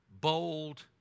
bold